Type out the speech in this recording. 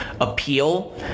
appeal